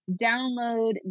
download